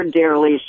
dearly